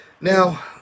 Now